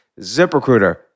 ZipRecruiter